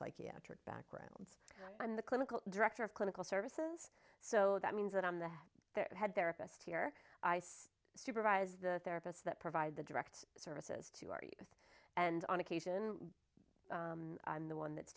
psychiatric backgrounds i'm the clinical director of clinical services so that means that i'm that they had their best year ice supervise the therapists that provide the direct services to our youth and on occasion i'm the one that's